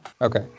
Okay